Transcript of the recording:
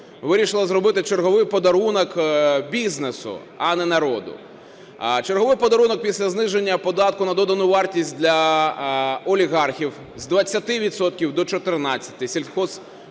вирішила зробити черговий подарунок бізнесу, а не народу. Черговий подарунок після зниження податку на додану вартість для олігархів з 20 відсотків